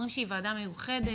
אומרים שהיא ועדה מיוחדת,